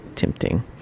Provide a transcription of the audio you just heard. tempting